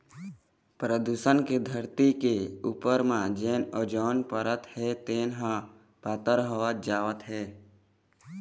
परदूसन के धरती के उपर म जेन ओजोन परत हे तेन ह पातर होवत जावत हे